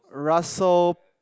Russell